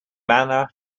manner